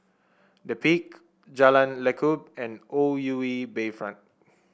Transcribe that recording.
The Peak Jalan Lekub and O U E Bayfront